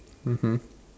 mmhmm